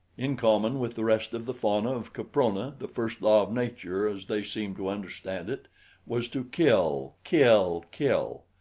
in common with the rest of the fauna of caprona the first law of nature as they seemed to understand it was to kill kill kill.